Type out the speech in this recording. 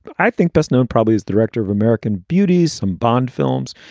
i think, best known probably as director of american beauty, some bond films.